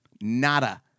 Nada